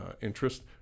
interest